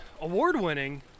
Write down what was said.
award-winning